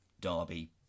Derby